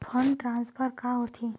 Fund transfer का होथे?